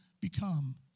become